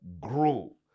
grow